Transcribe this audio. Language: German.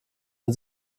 den